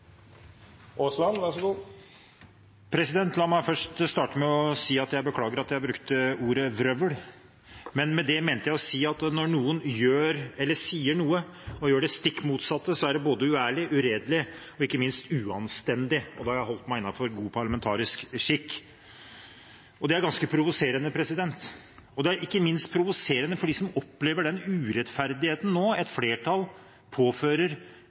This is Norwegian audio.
Aasland har hatt ordet to gonger tidlegare og får ordet til ein kort merknad, avgrensa til 1 minutt. La meg først starte med å si at jeg beklager at jeg brukte ordet «vrøvl». Med det mente jeg å si at når noen sier noe og gjør det stikk motsatte, er det både uærlig, uredelig og ikke minst uanstendig – og da har jeg holdt meg innenfor god parlamentarisk ordbruk. Det er ganske provoserende. Det er ikke minst provoserende for dem som opplever den urettferdigheten som et flertall nå påfører